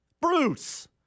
Bruce